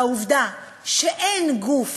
העובדה שאין גוף